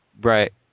Right